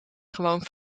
gewoon